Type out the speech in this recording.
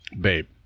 Babe